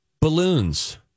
balloons